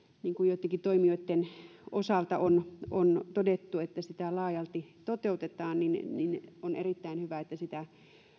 niin kuin joittenkin toimijoitten osalta on on todettu että sitä laajalti toteutetaan niin on erittäin hyvä että sitä